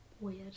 Weird